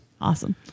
Awesome